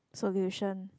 solution